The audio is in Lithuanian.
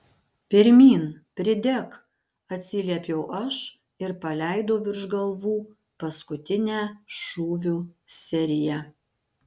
pirmyn pridek atsiliepiau aš ir paleidau virš galvų paskutinę šūvių seriją